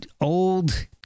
old